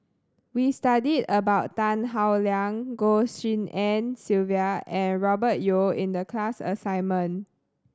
we studied about Tan Howe Liang Goh Tshin En Sylvia and Robert Yeo in the class assignment